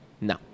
no